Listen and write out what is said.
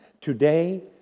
today